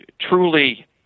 truly